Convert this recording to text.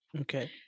Okay